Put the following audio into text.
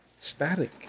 Static